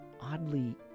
oddly